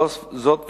זאת ועוד,